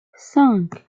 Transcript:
cinq